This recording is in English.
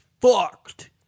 fucked